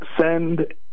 send